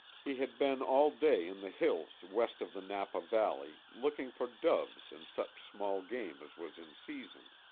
he had been all day in the hills west of the napa valley, looking for doves and such small game as was in season.